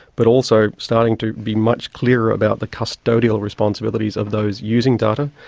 but also starting to be much clearer about the custodial responsibilities of those using data,